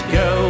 go